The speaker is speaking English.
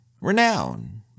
renown